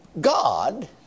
God